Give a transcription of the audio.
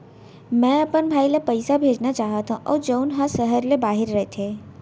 मै अपन भाई ला पइसा भेजना चाहत हव जऊन हा सहर ले बाहिर रहीथे